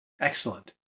Excellent